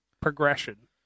progression